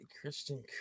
Christian